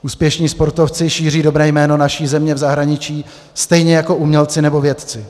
Úspěšní sportovci šíří dobré jméno naší země v zahraničí, stejně jako umělci nebo vědci.